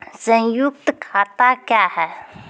संयुक्त खाता क्या हैं?